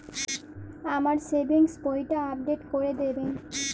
আমার সেভিংস বইটা আপডেট করে দেবেন?